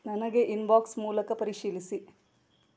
ನನಗೆ ಇನ್ಬಾಕ್ಸ್ ಮೂಲಕ ಪರಿಶೀಲಿಸಿ